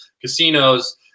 casinos